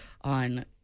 on